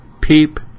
peep